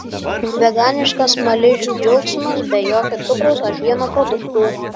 veganiškas smaližių džiaugsmas be jokio cukraus ar pieno produktų